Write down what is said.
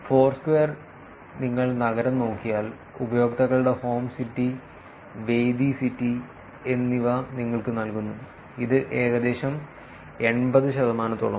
Foursquare നിങ്ങൾ നഗരം നോക്കിയാൽ ഉപയോക്താക്കളുടെ ഹോം സിറ്റി വേദി സിറ്റി എന്നിവ നിങ്ങൾക്ക് നൽകുന്നു ഇത് ഏകദേശം എൺപത് ശതമാനത്തോളമാണ്